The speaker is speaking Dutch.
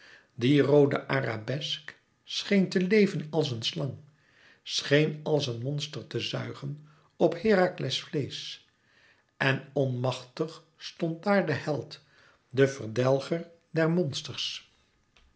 die roode arabesk scheen te leven als een slang scheen als een monster te zuigen op herakles vleesch en onmachtig stond daar de held de verdelger der monsters